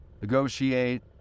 negotiate